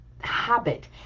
habit